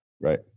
Right